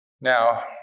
Now